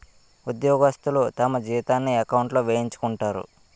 ఉద్యోగస్తులు తమ జీతాన్ని ఎకౌంట్లో వేయించుకుంటారు